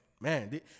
man